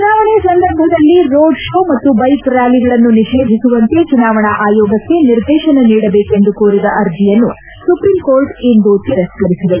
ಚುನಾವಣೆ ಸಂದರ್ಭದಲ್ಲಿ road show ಮತ್ತು ಬೈಕ್ ರ್ಡಾಲಿಗಳನ್ನು ನಿಷೇಧಿಸುವಂತೆ ಚುನಾವಣಾ ಆಯೋಗಕ್ಕೆ ನಿರ್ದೇಶನ ನೀಡಬೇಕೆಂದು ಕೋರಿದ ಅರ್ಜೆಯನ್ನು ಸುಪ್ರೀಂ ಕೋರ್ಟ್ ಇಂದು ತಿರಸ್ಕರಿಸಿದೆ